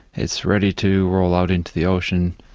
it's ready to roll out into the ocean,